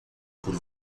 por